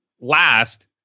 last